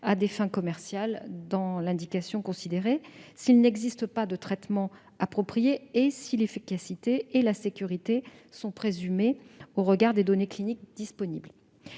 à des fins commerciales dans l'indication considérée, s'il n'existe pas de traitement approprié et si l'efficacité et la sécurité du médicament sont présumées au regard des données cliniques disponibles.